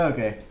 Okay